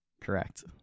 correct